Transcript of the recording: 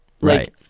right